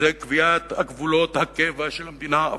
קביעת גבולות הקבע של המדינה הפלסטינית,